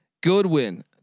Goodwin